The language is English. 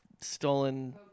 stolen